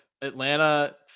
Atlanta